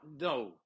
no